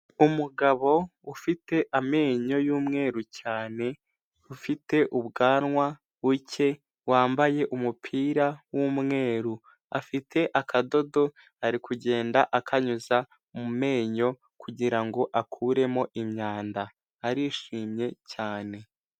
Umugabo ufite amenyo y'umweru cyane, ufite ubwanwa buke wambaye umupira w'umweru, afite akadodo ari kugenda akanyuza mu menyo kugira ngo akuremo imyanda, arishimye cyane.